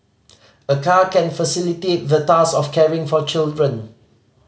a car can facilitate the task of caring for children